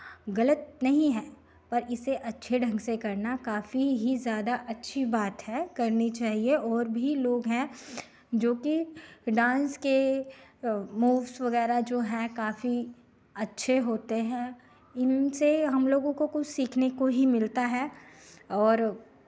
गलत नहीं है पर इसे अच्छे ढंग से करना काफी ही ज़्यादा अच्छी बात है करनी चाहिए और भी लोग हैं जो कि डांस के मूव्स वगैरह जो हैं काफी अच्छे होते हैं इनसे हम लोगों को कुछ सीखने को ही मिलता है और